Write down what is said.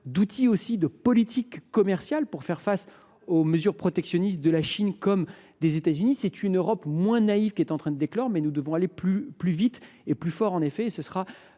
d’outils de politique commerciale pour répondre aux mesures protectionnistes de la Chine ou des États Unis. C’est une Europe moins naïve qui est en train d’éclore, mais nous devons aller plus vite et plus loin.